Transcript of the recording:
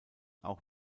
auch